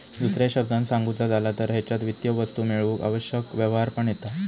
दुसऱ्या शब्दांत सांगुचा झाला तर हेच्यात वित्तीय वस्तू मेळवूक आवश्यक व्यवहार पण येता